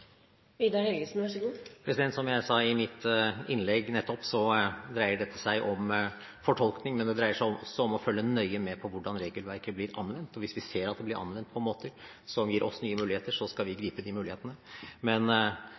Som jeg nettopp sa i mitt innlegg, dreier dette seg om fortolkning, men det dreier seg også om å følge nøye med på hvordan regelverket blir anvendt, og hvis vi ser at det blir anvendt på måter som gir oss nye muligheter, så skal vi gripe de mulighetene. Men